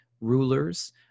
rulers